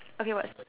okay what